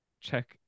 Check